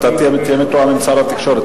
תהיה מתואם עם שר התקשורת.